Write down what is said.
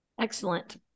Excellent